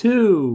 Two